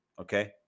Okay